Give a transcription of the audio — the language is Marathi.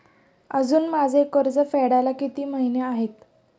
अजुन माझे कर्ज फेडायला किती महिने आहेत?